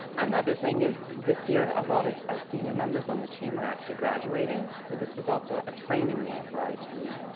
another thing is this year a lot of our senior members on the team are actually graduating so this was also a training year for our team